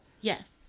Yes